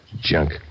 Junk